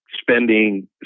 spending